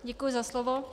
Děkuji za slovo.